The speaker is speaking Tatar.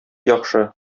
яхшы